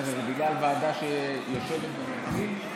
מה זה, בגלל ועדה שיושבת במקביל?